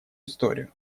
историю